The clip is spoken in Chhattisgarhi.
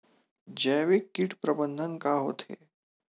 जैविक कीट प्रबंधन का होथे?